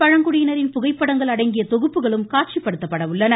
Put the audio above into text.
பழங்குடியினின் புகைப்படங்கள் அடங்கிய தொகுப்புகளும் காட்சிப்படுத்தப்பட உள்ளன